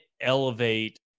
elevate